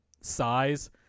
size